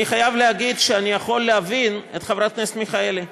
אני חייב להגיד שאני יכול להבין את חברת הכנסת מיכאלי,